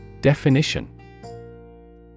Definition